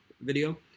video